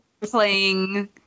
playing